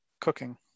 cooking